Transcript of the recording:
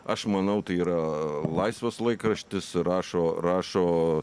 aš manau tai yra laisvas laikraštis rašo rašo